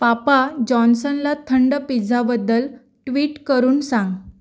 पापा जॉन्सनला थंड पिझाबद्दल ट्विट करून सांग